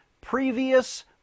previous